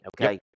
Okay